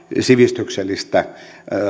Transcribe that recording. sivistyksellistä